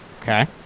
Okay